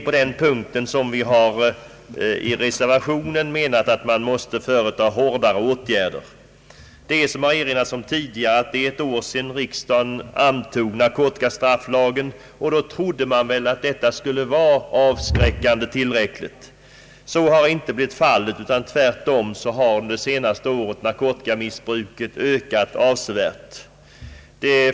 Reservanterna har därför ansett att hårdare åtgärder måste vidtas. Som det har erinrats om, är det ett år sedan riksdagen antog narkotikastrafflagen. Då trodde vi väl att lagen skulle vara tillräckligt avskräckande, men så har inte blivit fallet, utan tvärtom har under det senaste året narkotikamissbruket ökat avsevärt.